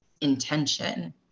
intention